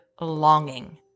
longing